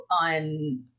on